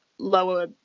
lower